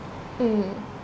mm